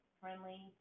friendly